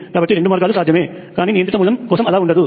కాబట్టి రెండు మార్గాలు సాధ్యమే కానీ నియంత్రిత మూలం కోసం అలా ఉండదు